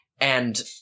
and-